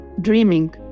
dreaming